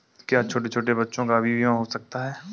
क्या छोटे छोटे बच्चों का भी बीमा हो सकता है?